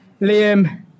Liam